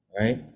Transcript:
right